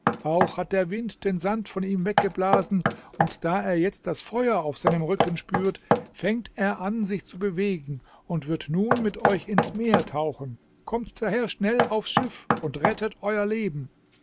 auch hat der wind den sand von ihm weggeblasen und da er jetzt das feuer auf seinem rücken spürt fängt er an sich zu bewegen und wird nun mit euch ins meer tauchen kommt daher schnell aufs schiff und rettet euer leben